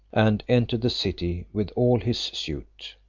and entered the city with all his suit.